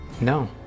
No